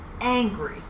angry